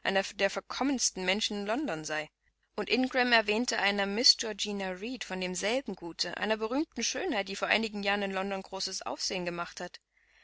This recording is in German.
der verkommensten menschen in london sei und ingram erwähnte einer miß georgina reed von demselben gute einer berühmten schönheit die vor einigen jahren in london großes aufsehen gemacht hat